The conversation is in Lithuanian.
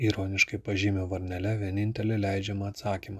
ironiškai pažymiu varnele vienintelį leidžiamą atsakymą